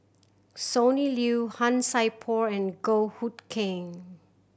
Sonny Liew Han Sai Por and Goh Hood Keng